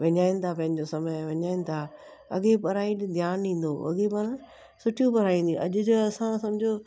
विञाइनि था पंहिंजो समय विञाइनि था अॻे पढ़ाई ते ध्यानु ॾींदो हुओ अॻे पाण सुठियूं पढ़ाईंदी अॼ जो असां सम्झो